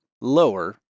lower